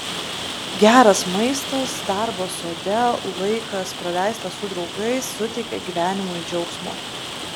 geras maistas darbas sode laikas praleistas su draugais suteikia gyvenimui džiaugsmo